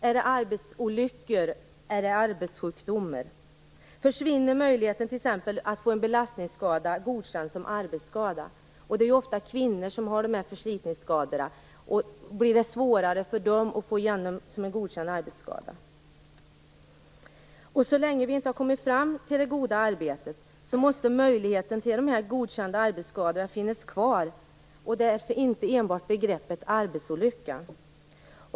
Är det arbetsolyckor eller är det arbetssjukdomar? Försvinner möjligheten att t.ex. få en belastningsskada godkänd som arbetsskada? Det är ofta kvinnor som drabbas av förslitningsskador. Blir det svårare för dem att få dessa skador godkända som arbetsskador? Så länge vi inte har kommit fram till målet det goda arbetet måste möjligheten att få arbetsskador godkända finnas kvar. Därför räcker det inte enbart med begreppet arbetsolycka.